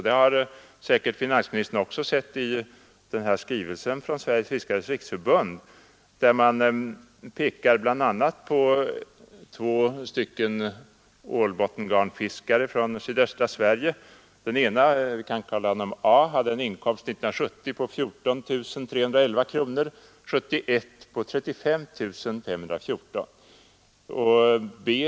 Det har säkert finansministern sett i skrivelsen från Sveriges fiskares riksförbund, där man pekar på två ålbottengarnfiskare från sydöstra Sverige. Den ene, vi kan kalla honom A, hade en inkomst 1970 på 14 311 kronor och 1971 på 35 514 kronor.